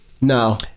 no